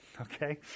okay